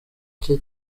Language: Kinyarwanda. cye